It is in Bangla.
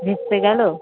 ভেস্তে গেলো